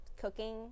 cooking